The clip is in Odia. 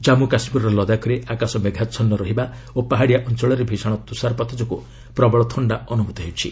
ଜାମ୍ଗୁ କାଶ୍ମୀରର ଲଦାଖରେ ଆକାଶ ମେଘାଛନ୍ନ ରହିବା ଓ ପାହାଡ଼ିଆ ଅଞ୍ଚଳରେ ଭୀଷଣ ତୁଷାରପାତ ଯୋଗୁଁ ପ୍ରବଳ ଥଣ୍ଡା ଅନୁଭୂତ ହେଉଛି